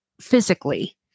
physically